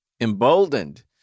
emboldened